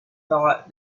thought